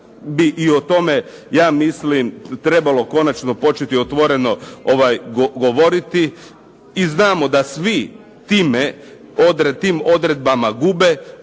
bi o tome ja mislim trebali konačno početi otvoreno govoriti i znamo da svi tim odredbama gube